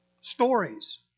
Stories